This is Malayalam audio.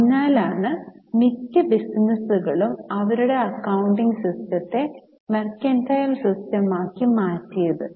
അതിനാലാണ് മിക്ക ബിസിനസ്സുകളും അവരുടെ അക്കൌണ്ടിംഗ് സിസ്റ്റത്തെ മെർക്കന്റൈൽ സിസ്റ്റമാക്കി മാറ്റിയത്